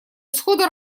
исхода